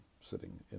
sitting